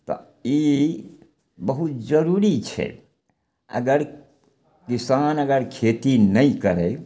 तऽ ई बहुत जरूरी छै अगर किसान अगर खेती नहि करय